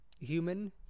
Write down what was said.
human